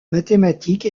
mathématiques